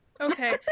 Okay